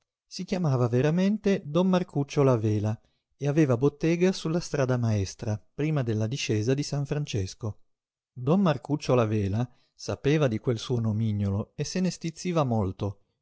si chiamava veramente don marcuccio la vela e aveva bottega sulla strada maestra prima della discesa di san francesco don marcuccio la vela sapeva di quel suo nomignolo e se ne stizziva molto